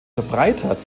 verbreitert